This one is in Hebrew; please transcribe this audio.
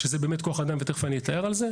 שזה באמת כוח אדם, ותיכף אני אתאר על זה.